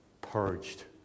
purged